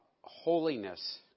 Holiness